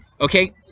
Okay